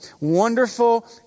Wonderful